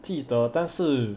记得但是